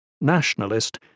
nationalist